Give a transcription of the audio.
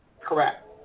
Correct